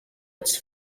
its